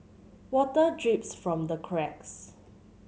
water drips from the cracks